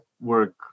work